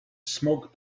smoke